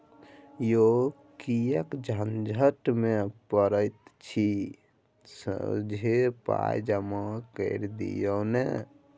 यौ किएक झंझट मे पड़ैत छी सोझे पाय जमा कए दियौ न